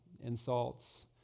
insults